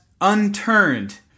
unturned